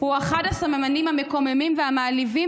הוא אחד הסממנים המקוממים והמעליבים